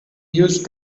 use